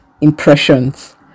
impressions